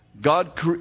god